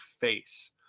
face